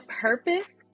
purpose